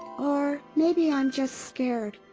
or maybe i'm just scared.